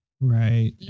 right